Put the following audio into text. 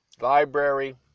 library